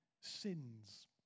sins